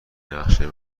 نقشه